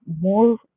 more